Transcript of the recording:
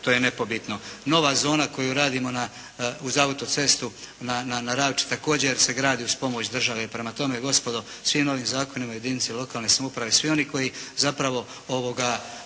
to je nepobitno. Nova zona koju radimo uz autocestu na Ravči također se gradi uz pomoć države. Prema tome gospodo, svim novim zakonima o jedinici lokalne samouprave i svi oni koji zapravo …